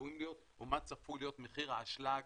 צפויים להיות או מה צפוי להיות מחיר האשלג